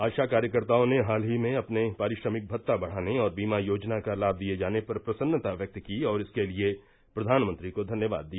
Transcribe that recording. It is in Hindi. आशा कार्यकर्ताओं ने हाल ही में अपने पारिश्रमिक भत्ता बढ़ाने और बीमा योजना का लाभ दिये जाने पर प्रसन्नता व्यक्त की और इसके लिए प्रधानमंत्री को धन्यवाद दिया